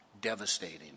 Devastating